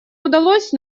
удалось